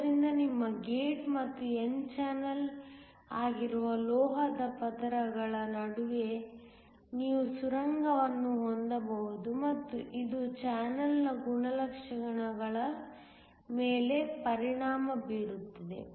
ಆದ್ದರಿಂದ ನಿಮ್ಮ ಗೇಟ್ ಮತ್ತು n ಚಾನೆಲ್ ಆಗಿರುವ ಲೋಹದ ಪದರಗಳ ನಡುವೆ ನೀವು ಸುರಂಗವನ್ನು ಹೊಂದಬಹುದು ಮತ್ತು ಇದು ಚಾನಲ್ನ ಗುಣಲಕ್ಷಣಗಳ ಮೇಲೆ ಪರಿಣಾಮ ಬೀರುತ್ತದೆ